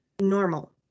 Normal